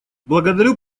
благодарю